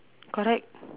correct